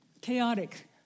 chaotic